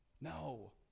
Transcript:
No